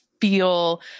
feel